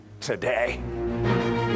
today